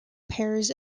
pairs